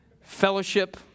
Fellowship